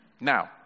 now